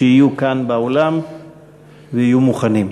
שיהיו כאן באולם ויהיו מוכנים.